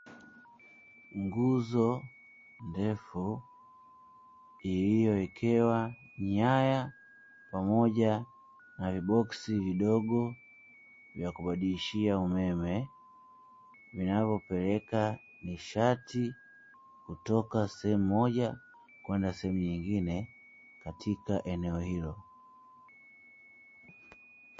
Nguzo ndefu iliyo ekewa nyaya, pamoja na viboksi vidogo vya kubadilishia umeme vinavyo peleka nishati, kutoka sehemu moja Kwenda sehemu nyingine Katika eneo hilo.